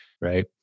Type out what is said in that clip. right